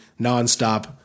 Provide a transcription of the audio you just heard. nonstop